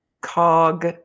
cog